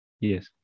yes